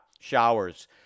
showers